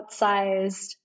outsized